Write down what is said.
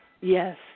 Yes